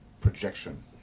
projection